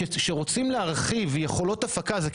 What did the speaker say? כשרוצים להרחיב יכולות הפקה,